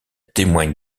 témoigne